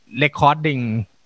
recording